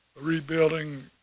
rebuilding